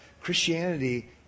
Christianity